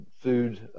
food